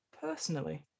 personally